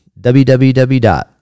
www